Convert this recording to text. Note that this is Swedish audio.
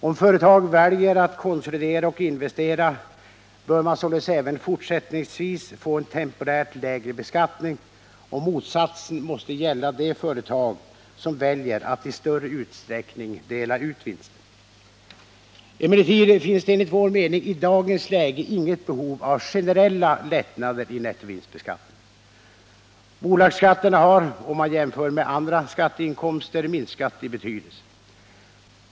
Om företag väljer att konsolidera och investera bör man även fortsättningsvis få en temporärt lägre beskattning, och motsatsen måste gälla de företag som väljer att i större utsträckning dela ut vinsterna. Emellertid finns det enligt vår mening i dagens läge inget behov av generella lättnader i nettovinstbeskattningen. Bolagsskatterna har, om man jämför med andra skatteinkomster, minskat i betydelse.